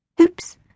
Oops